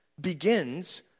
begins